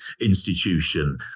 institution